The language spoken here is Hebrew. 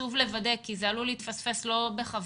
חשוב לוודא כי זה עלול להתפספס לא בכוונה.